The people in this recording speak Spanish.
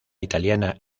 italiana